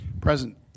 Present